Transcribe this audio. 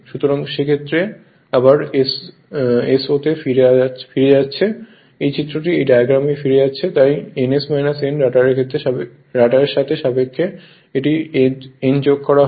সুতরাং এই ক্ষেত্রে আবার so তে ফিরে যাচ্ছে এই চিত্রটি এই ডায়াগ্রামে ফিরে যাচ্ছে তাই এই ns n রটারের সাথে সাপেক্ষে এবং এটি যদি n যোগ হয়